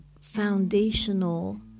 foundational